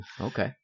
Okay